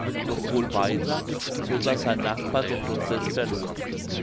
und noch wohl weiter so daß sein nachbar den prozeß verlor